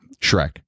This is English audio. Shrek